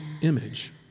image